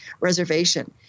reservation